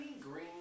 green